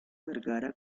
vergara